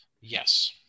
Yes